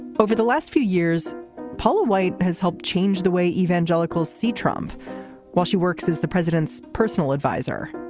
over the last few years paula white has helped change the way evangelicals see trump while she works as the president's personal adviser.